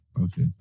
okay